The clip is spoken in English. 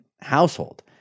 household